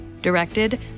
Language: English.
Directed